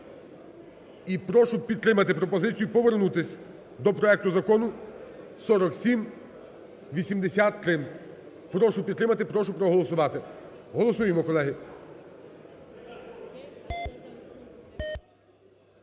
І прошу підтримати пропозицію повернутись до проекту Закону 4783. Прошу підтримати, прошу проголосувати. Голосуємо, колеги.